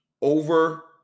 over